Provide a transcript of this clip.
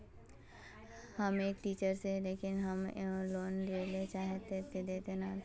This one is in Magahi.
हम एक टीचर है लेकिन हम लोन लेले चाहे है ते देते या नय?